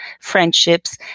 friendships